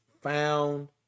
found